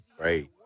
great